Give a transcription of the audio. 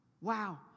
Wow